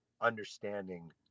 understanding